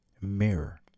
Mirror